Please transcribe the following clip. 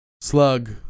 Slug